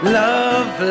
love